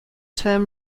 term